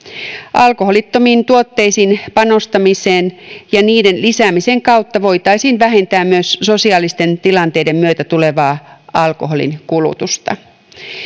alkoholittomiin tuotteisiin panostamisen ja niiden lisäämisen kautta voitaisiin vähentää myös sosiaalisten tilanteiden myötä tulevaa alkoholin kulutusta